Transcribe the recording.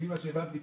כפי שהבנתי כאן,